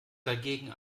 dagegen